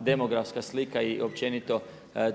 demografska slika i